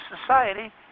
society